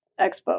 expo